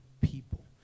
people